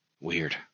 Weird